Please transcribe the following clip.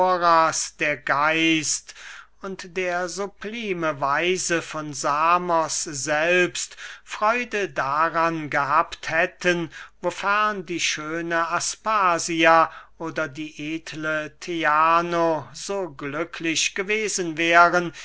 der geist und der sublime weise von samos selbst freude daran gehabt hätten wofern die schöne aspasia oder die edle theano so glücklich gewesen wären